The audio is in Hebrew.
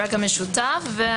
משותף לכולנו.